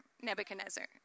Nebuchadnezzar